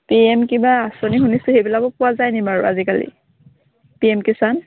P M কিবা আঁচনি শুনিছো সেইবিলাকো পোৱা যায় নি বাৰু আজিকালি পি এম কিষান